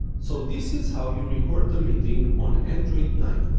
so this is how you record the meeting on android nine.